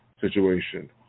situation